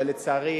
אבל לצערי